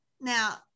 Now